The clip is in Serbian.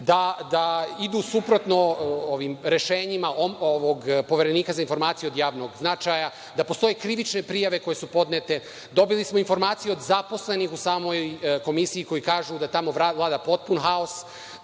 da idu suprotno ovim rešenjima Poverenika za informacije od javnog značaja, da postoje krivične prijave koje su podnete. Dobili smo informaciju od zaposlenih u samoj komisiji koji kažu da tamo vlada potpun haos,